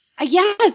Yes